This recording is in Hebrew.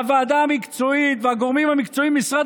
הוועדה המקצועית והגורמים המקצועיים במשרד